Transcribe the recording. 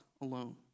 alone